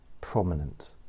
prominent